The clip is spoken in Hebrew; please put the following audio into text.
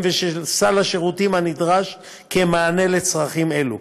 ושל סל השירותים הנדרש כמענה לצרכים אלו.